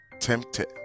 tempted